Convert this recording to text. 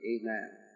Amen